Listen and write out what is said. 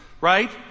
Right